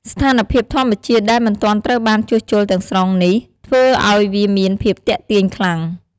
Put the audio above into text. ស្ថានភាពធម្មជាតិដែលមិនទាន់ត្រូវបានជួសជុលទាំងស្រុងនេះ ធ្វើឱ្យវាមានភាពទាក់ទាញខ្លាំង។